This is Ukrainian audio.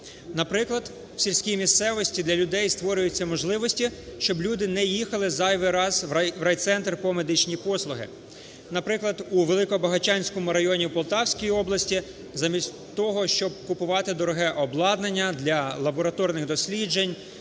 Наприклад, в сільській місцевості для людей створюються можливості, щоб люди не їхали зайвий раз в райцентр по медичні послуги. Наприклад, у Великобагачанському районі в Полтавській області замість того, щоб купувати дороге обладнання для лабораторних досліджень